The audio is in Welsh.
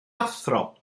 athro